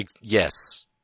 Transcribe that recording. Yes